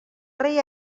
rei